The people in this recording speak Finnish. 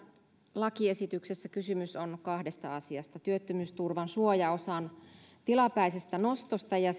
lakiesityksessä kysymys on kahdesta asiasta työttömyysturvan suojaosan tilapäisestä nostosta ja